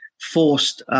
forced